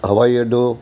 हवाई अडो